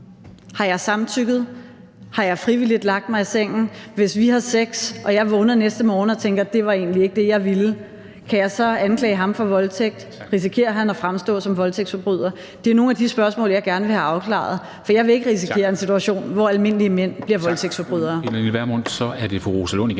har jeg så samtykket? Har jeg frivilligt lagt mig i sengen? Hvis vi har sex, og jeg vågner næste morgen og tænker, at det var egentlig ikke det, jeg ville, kan jeg så anklage ham for voldtægt? Risikerer han at fremstå som voldtægtsforbryder? Det er jo nogle af de spørgsmål, jeg gerne vil have afklaret, for jeg vil ikke risikere en situation, hvor almindelige mænd bliver voldtægtsforbrydere.